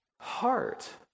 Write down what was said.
heart